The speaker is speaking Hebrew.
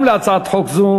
גם להצעת החוק הזו